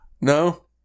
no